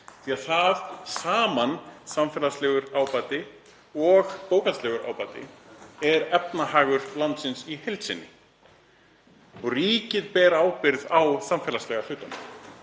ábata. Það saman, samfélagslegur ábati og bókhaldslegur ábati, er efnahagur landsins í heild sinni. Ríkið ber ábyrgð á samfélagslega hlutanum